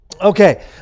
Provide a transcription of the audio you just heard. Okay